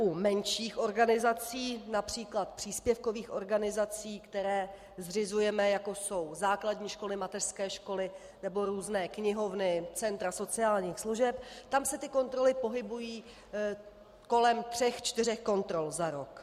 U menších organizací, např. příspěvkových organizací, které zřizujeme, jako jsou základní školy, mateřské školy nebo různé knihovny, centra sociálních služeb, tam se kontroly pohybují kolem tří čtyř kontrol za rok.